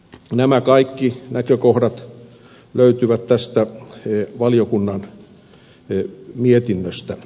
nämä kaikki näkökohdat löytyvät tästä valiokunnan mietinnöstä